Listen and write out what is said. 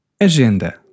Agenda